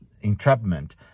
entrapment